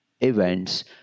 events